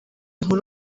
nkuru